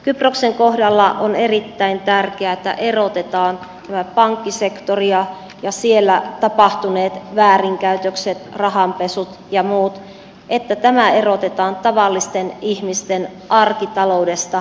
kyproksen kohdalla on erittäin tärkeää että erotetaan tämä pankkisektori ja siellä tapahtuneet väärinkäytökset rahanpesut ja muut tavallisten ihmisten arkitaloudesta